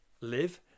live